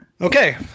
Okay